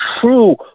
true